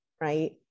right